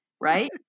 right